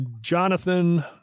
Jonathan